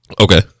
Okay